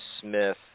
Smith